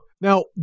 Now